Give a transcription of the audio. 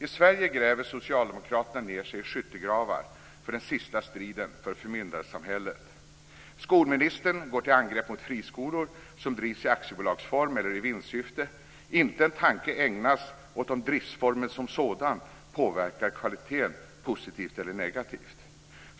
I Sverige gräver socialdemokraterna ned sig i skyttegravar för den sista striden för förmyndarsamhället. Skolministern går till angrepp mot friskolor som drivs i aktiebolagsform eller i vinstsyfte. Inte en tanke ägnas åt om driftsformen som sådan påverkar kvaliteten positivt eller negativt.